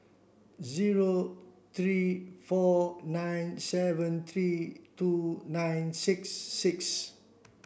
zero three four nine seven three two nine six six